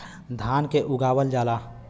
धान के उगावल जाला